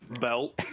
belt